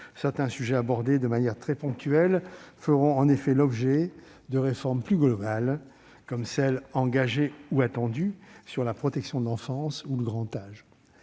certains sujets abordés de manière très ponctuelle feront en effet l'objet de réformes plus globales, comme celles- engagées ou attendues -sur la protection de l'enfance ou le grand âge.